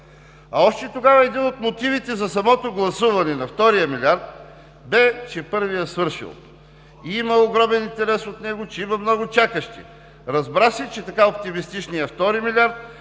Още тогава един от мотивите за самото гласуване на втория милиард бе, че първият е свършил и има огромен интерес от него, че има много чакащи. Разбра се, че така оптимистичният втори милиард,